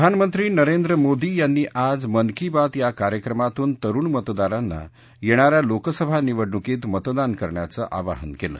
प्रधानमंत्री नरेंद्र मोदी यांनी आज मन की बातया कार्यक्रमातून तरुण मतदारांना येणा या लोकसभा निवडणुकीत मतदान करण्याचं आवाहन केलं